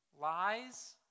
Lies